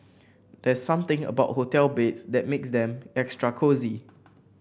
there's something about hotel beds that makes them extra cosy